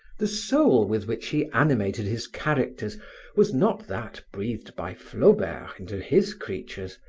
the soul with which he animated his characters was not that breathed by flaubert into his creatures,